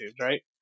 right